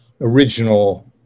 original